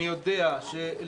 אני יודע שלבקשתי